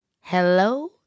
Hello